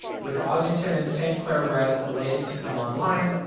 with ossington and st clair west the latest to come online,